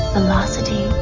Velocity